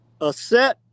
Aset